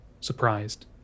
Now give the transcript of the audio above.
surprised